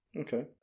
Okay